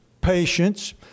patience